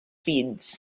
beads